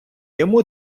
йому